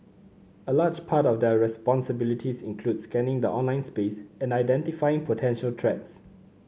a large part of their responsibilities includes scanning the online space and identifying potential threats